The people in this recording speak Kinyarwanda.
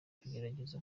kugerageza